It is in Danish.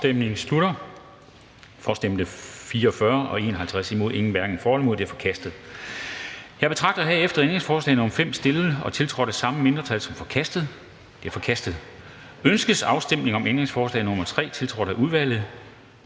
hverken for eller imod stemte 0. Ændringsforslaget er forkastet. Jeg betragter herefter ændringsforslag nr. 5, stillet og tiltrådt af samme mindretal, som forkastet. Det er forkastet. Ønskes afstemning om ændringsforslag nr. 3, tiltrådt af udvalget?